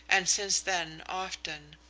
and since then often,